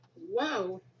Whoa